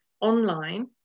online